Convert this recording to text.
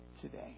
today